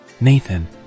Nathan